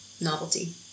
novelty